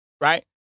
right